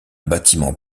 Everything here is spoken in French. bâtiment